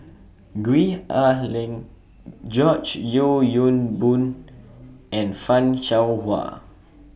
Gwee Ah Leng George Yeo Yong Boon and fan Shao Hua